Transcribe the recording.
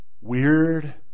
weird